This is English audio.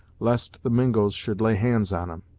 lest the mingos should lay hands on em.